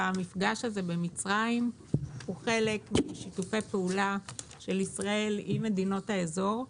המפגש הזה במצרים הוא חלק משיתופי פעולה של ישראל עם מדינות האזור,